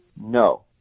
No